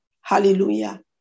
hallelujah